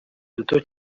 duto